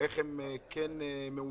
איך הם כן מעוגנים.